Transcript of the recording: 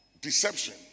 Deception